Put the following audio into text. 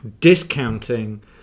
discounting